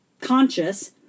conscious